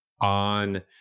on